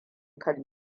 kan